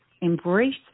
embrace